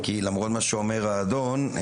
כי למרות מה שאומר האדון,